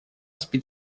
спит